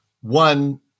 One